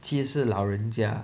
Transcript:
其实是老人家